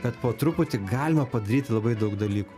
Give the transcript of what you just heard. bet po truputį galima padaryti labai daug dalykų